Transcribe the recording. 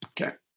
Okay